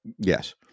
Yes